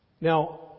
Now